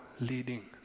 leading